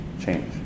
change